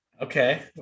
Okay